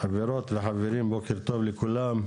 חברות וחברים, בוקר טוב לכולם.